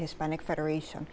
hispanic federation